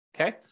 okay